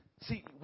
See